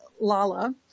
Lala